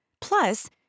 Plus